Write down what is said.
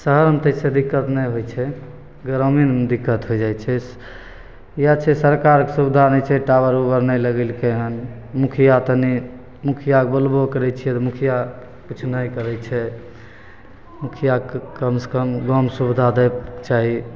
शहरमे तऽ अइसे दिक्कत नहि होइ छै ग्रामीणमे दिक्कत होइ जाइ छै इएह छै सरकारके सुविधा नहि छै टावर उवर नहि लगेलकै हँ मुखिआ तनि मुखिआके बोलबो करै छिए तऽ मुखिआ किछु नहि करै छै मुखिआके कमसे कम गाममे सुविधा दैके चाही